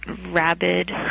rabid